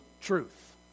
truth